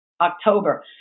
October